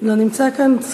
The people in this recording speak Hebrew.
לא נמצא כאן.